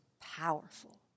powerful